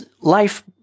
life